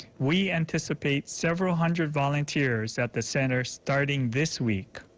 we anticipate several hundred volunteers at the center starting this week.